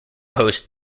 hosts